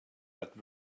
but